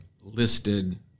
listed